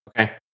Okay